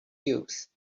cubes